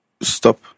Stop